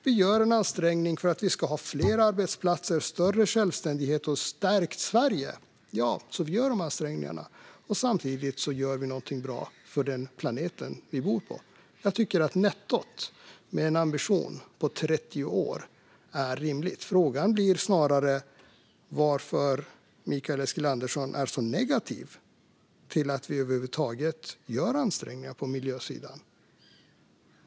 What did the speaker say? Vi gör en ansträngning för att vi ska har fler arbetsplatser, större självständighet och ett stärkt Sverige. Samtidigt gör vi någonting bra för den planet som vi bor på. Jag tycker att nettot med en ambition på 30 år är rimligt. Frågan blir snarare varför Mikael Eskilandersson är så negativ till att vi över huvud taget gör ansträngningar på miljösidan.